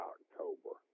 October